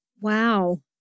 Wow